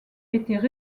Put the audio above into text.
étaient